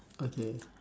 okay